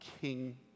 King